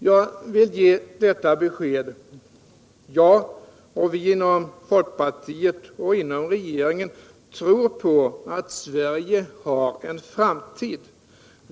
Jag vill ge detta besked: Jag och vi inom folkpartiet och vi inom regeringen tror på att Sverige har en framtid.